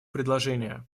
предложения